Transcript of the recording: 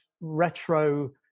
retro